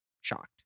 shocked